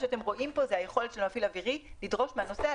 זו היכולת של מפעיל אווירי לדרוש מהנוסע,